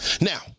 Now